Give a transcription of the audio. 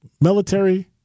military